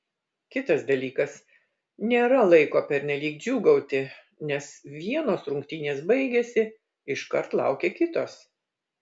kitas dalykas nėra laiko pernelyg džiūgauti nes vienos rungtynės baigėsi iškart laukia kitos